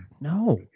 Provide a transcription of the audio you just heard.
No